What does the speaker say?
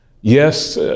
yes